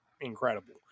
incredible